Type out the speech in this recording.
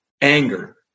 anger